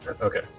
Okay